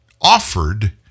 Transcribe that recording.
offered